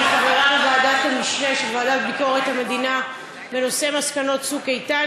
אני חברה בוועדת המשנה של ועדת ביקורת המדינה לנושא מסקנות "צוק איתן".